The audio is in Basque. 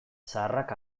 zaharrak